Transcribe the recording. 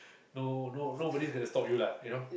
no no nobody is gonna stop you lah you know